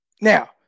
Now